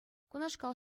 кунашкал